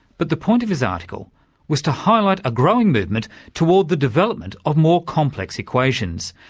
but the point of his article was to highlight a growing movement toward the development of more complex equations.